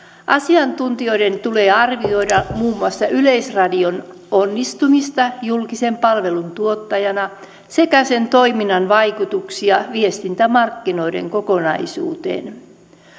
asiantuntijoiden tulee arvioida muun muassa yleisradion onnistumista julkisen palvelun tuottajana sekä sen toiminnan vaikutuksia viestintämarkkinoiden kokonaisuuteen